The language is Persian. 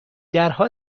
درها